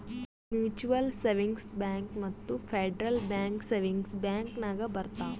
mutual savings bank ಮತ್ತ federal bank savings bank ನಾಗ್ ಬರ್ತಾವ್